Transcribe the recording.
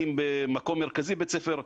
האם במקום מרכזי בבית ספר.